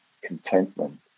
contentment